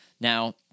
Now